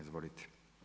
Izvolite.